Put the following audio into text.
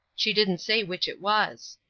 she didn't say which it was.